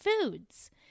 foods